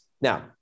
Now